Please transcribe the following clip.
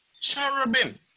cherubim